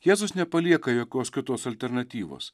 jėzus nepalieka jokios kitos alternatyvos